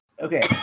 okay